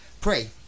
Pray